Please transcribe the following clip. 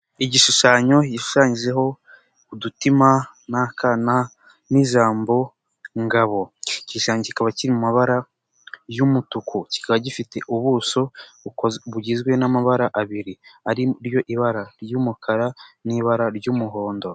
Igishushanyo gishushanyijeho udutima n'akana n'ijambo ngabo icyo gishushanyo kikaba kiri mu mabara y'umutuku kikaba gifite ubuso bugizwe n'amabara abiri ari ryo iba ry'umukara n'ibara ry'umuhondo.